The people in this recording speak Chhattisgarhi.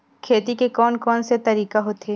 खेती के कोन कोन से तरीका होथे?